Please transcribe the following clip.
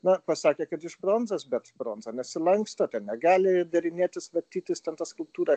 na pasakė kad iš bronzos bet bronza nesilanksto ten negali darinėtis vartytis ten ta skulptūra